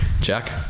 jack